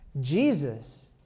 Jesus